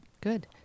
good